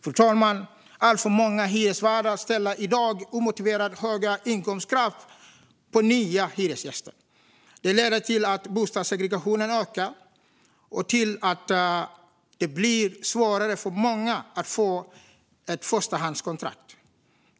Fru talman! Alltför många hyresvärdar ställer i dag omotiverat höga inkomstkrav på nya hyresgäster. Det leder till att bostadssegregationen ökar och till att det blir svårare för många att få ett förstahandskontrakt.